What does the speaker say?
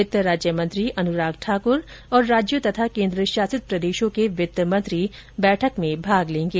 वित्त राज्य मंत्री अनुराग ठाकुर और राज्यों तथा केन्द्र शासित प्रदेशों के वित्त मंत्री बैठक में भाग लेंगे